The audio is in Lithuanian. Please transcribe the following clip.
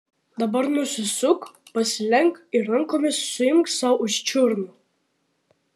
dabar nusisuk pasilenk ir rankomis suimk sau už čiurnų